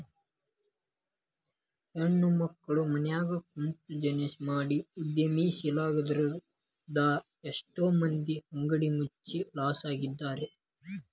ಹೆಣ್ಮಕ್ಳು ಮನ್ಯಗ ಕುಂತ್ಬಿಜಿನೆಸ್ ಮಾಡಿ ಉದ್ಯಮಶೇಲ್ರಾಗಿದ್ರಿಂದಾ ಎಷ್ಟೋ ಮಂದಿ ಅಂಗಡಿ ಮುಚ್ಚಿ ಲಾಸ್ನ್ಯಗಿದ್ದಾರ